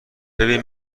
ببین